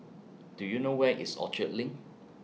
Do YOU know Where IS Orchard LINK